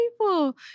people